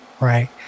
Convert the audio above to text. right